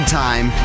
time